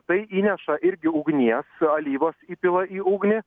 tai įneša irgi ugnies alyvos įpila į ugnį